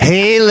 Hey